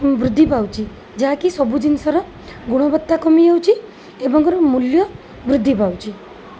ଉଁ ବୃଦ୍ଧି ପାଉଛି ଯାହାକି ସବୁ ଜିନିଷର ଗୁଣବତ୍ତା କମିଯାଉଛି ଏବଂ ଙ୍କର ମୂଲ୍ୟ ବୃଦ୍ଧିପାଉଛି